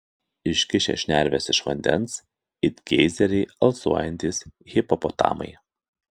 iškišę šnerves iš vandens it geizeriai alsuojantys hipopotamai